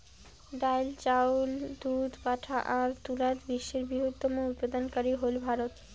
ডাইল, চাউল, দুধ, পাটা আর তুলাত বিশ্বের বৃহত্তম উৎপাদনকারী হইল ভারত